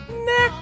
next